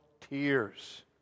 tears